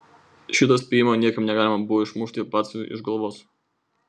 šito spėjimo niekaip negalima buvo išmušti batsiuviui iš galvos